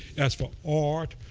as for art,